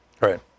Right